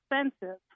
expensive